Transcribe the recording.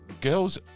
girls